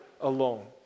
alone